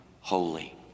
holy